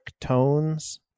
tones